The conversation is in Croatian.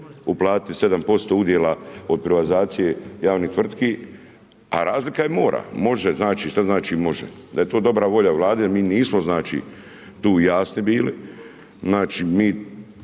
uplatiti 7% udjela od privatizacije javnih tvrtki, a razlika je jer mora, može znači, šta znači može? Da je to dobra volja vlade i mi nismo tu jasni bili, mi